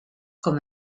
com